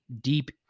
deep